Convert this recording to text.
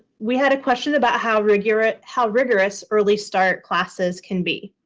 we had a question about how rigorous how rigorous early start classes can be.